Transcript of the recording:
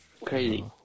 Crazy